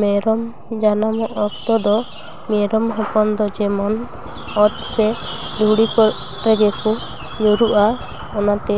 ᱢᱮᱨᱚᱢ ᱡᱟᱱᱟᱢᱚᱜ ᱚᱠᱛᱚ ᱫᱚ ᱢᱮᱨᱚᱢ ᱦᱚᱯᱚᱱ ᱫᱚ ᱡᱮᱢᱚᱱ ᱚᱛ ᱥᱮ ᱫᱷᱩᱲᱤ ᱠᱚᱨᱮ ᱜᱮᱠᱚ ᱧᱩᱨᱩᱜᱼᱟ ᱚᱱᱟᱛᱮ